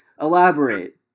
Elaborate